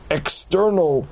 external